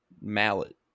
mallet